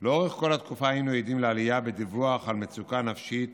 לאורך כל התקופה היינו עדים לעלייה בדיווח על מצוקה נפשית